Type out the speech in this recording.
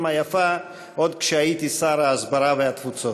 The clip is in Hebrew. היפה עוד כשהייתי שר ההסברה והתפוצות.